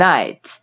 Night